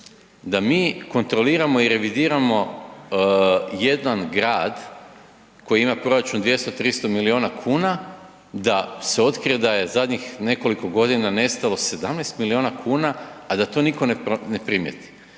da mi kontroliramo i revidiramo jedan grad koji ima proračun 200, 300 milijuna kuna da se otkrije da je zadnjih nekoliko godina nestalo 17 milijuna kuna, a da to nitko ne primjeri.